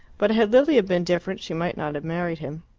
but had lilia been different she might not have married him.